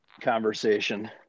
conversation